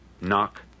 Knock